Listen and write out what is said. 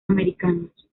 americanos